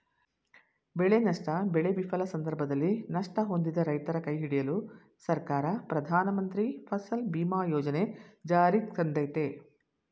ಬೆಳೆನಷ್ಟ ಬೆಳೆ ವಿಫಲ ಸಂದರ್ಭದಲ್ಲಿ ನಷ್ಟ ಹೊಂದಿದ ರೈತರ ಕೈಹಿಡಿಯಲು ಸರ್ಕಾರ ಪ್ರಧಾನಮಂತ್ರಿ ಫಸಲ್ ಬಿಮಾ ಯೋಜನೆ ಜಾರಿಗ್ತಂದಯ್ತೆ